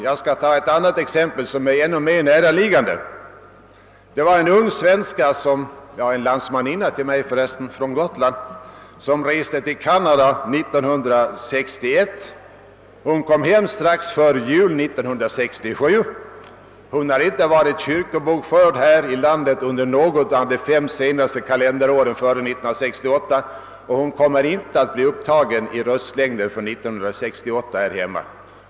Jag skall ta ett annat, ännu mer närliggande exempel. En landsmanninna till mig, alltså från Gotland, reste till Canada 1961. Hon kom hem strax före jul 1967. Hon har inte varit kyrkobokförd här i landet under något av de fem kalenderåren före 1968 och kommer därför inte att bli upptagen i röstlängden för 1968.